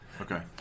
Okay